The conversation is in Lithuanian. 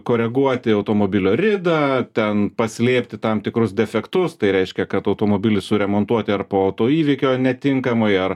koreguoti automobilio ridą ten paslėpti tam tikrus defektus tai reiškia kad automobilį suremontuoti ar po autoįvykio netinkamai ar